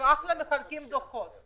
הם מחלקים דוחות.